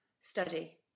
study